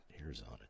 arizona